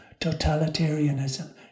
totalitarianism